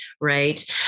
right